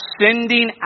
sending